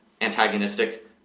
antagonistic